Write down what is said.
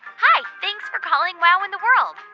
hi, thanks for calling wow in the world.